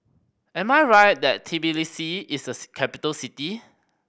am I right that Tbilisi is a capital city